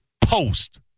post